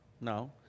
No